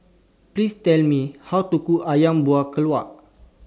Please Tell Me How to Cook Ayam Buah Keluak